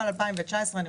אם